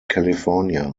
california